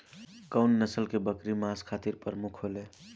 कउन नस्ल के बकरी मांस खातिर प्रमुख होले?